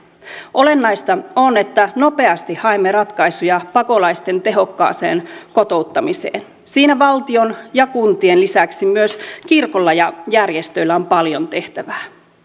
olennaista on että nopeasti haemme ratkaisuja pakolaisten tehokkaaseen kotouttamiseen siinä valtion ja kuntien lisäksi myös kirkolla ja järjestöillä on paljon tehtävää